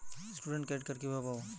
Student credit card কিভাবে পাব?